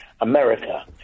America